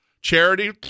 Charity